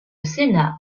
sénat